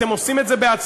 אתם עושים את זה בעצמכם,